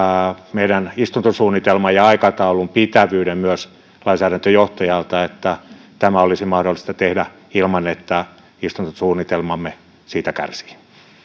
meidän istuntosuunnitelmamme ja aikataulun pitävyyden myös lainsäädäntöjohtajalta että tämä olisi mahdollista tehdä ilman että istuntosuunnitelmamme siitä kärsii